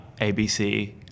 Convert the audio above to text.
ABC